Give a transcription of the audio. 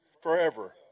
forever